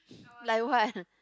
like what